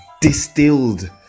distilled